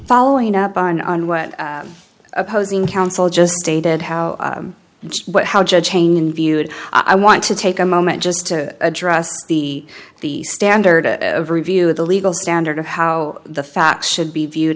following up on on what opposing counsel just stated how what how judge chain viewed i want to take a moment just to address the the standard of review the legal standard of how the facts should be viewed